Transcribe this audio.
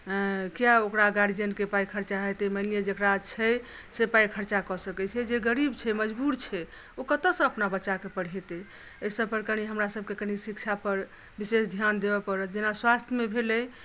किए ओकरा गार्जियन केँ पाई खर्चा हेतै मानि लियऽ जकरा छै से पाई खर्चा करि सकै छै जे गरीब छै मजबूर छै ओ कतऽ सँ अपना बच्चाकेँ पढेतै एहि सब पर कनी हमरा सब के कनी शिक्षा पर विशेष ध्यान देबऽ पड़त जेना स्वास्थ्यमे भेलै